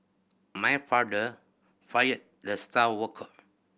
my father fired the star worker